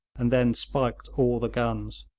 and then spiked all the guns.